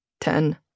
Ten